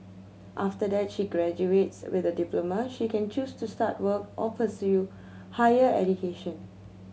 after that she graduates with a diploma she can choose to start work or pursue higher education